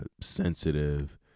sensitive